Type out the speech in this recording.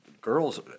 girls